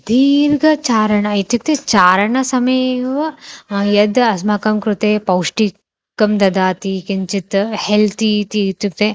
दीर्घं चारणम् इत्युक्ते चारणसमये एव यद् अस्माकं कृते पौष्टिकं ददाति किञ्चित् हेल्ति इति इत्युक्ते